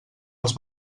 els